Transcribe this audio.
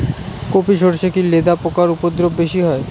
কোপ ই সরষে কি লেদা পোকার উপদ্রব বেশি হয়?